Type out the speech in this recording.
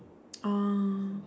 oh